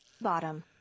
Bottom